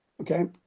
okay